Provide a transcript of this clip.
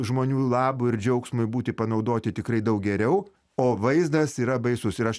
žmonių labui ir džiaugsmui būti panaudoti tikrai daug geriau o vaizdas yra baisus ir aš